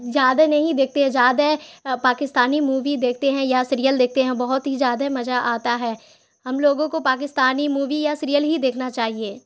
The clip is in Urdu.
زیادہ نہیں دیکھتے ہیں زیادہ پاکستانی مووی دیکھتے ہیں یا سیرئل دیکھتے ہیں بہت ہی زیادہ مزہ آتا ہے ہم لوگوں کو پاکستانی مووی یا سیرئل ہی دیکھنا چاہیے